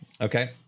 okay